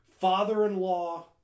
Father-in-Law